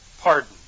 pardon